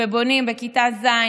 ובונים בכיתה ז',